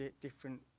different